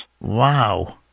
Wow